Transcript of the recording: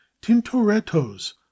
Tintoretto's